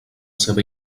seva